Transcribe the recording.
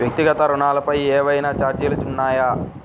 వ్యక్తిగత ఋణాలపై ఏవైనా ఛార్జీలు ఉన్నాయా?